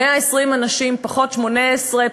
120 אנשים פחות 18,